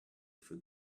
for